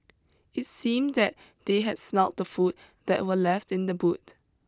it seemed that they had smelt the food that were left in the boot